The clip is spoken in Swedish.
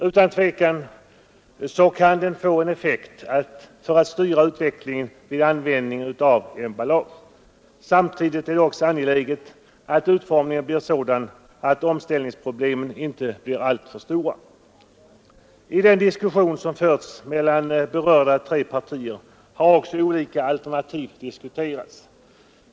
Utan tvekan kan effekten bli att den styr utvecklingen vid användningen av emballage. Samtidigt är det också angeläget att utformningen blir sådan att omställningsproblemen inte blir alltför stora. I den diskussion som förts mellan berörda tre partier har också olika alternativ diskuterats.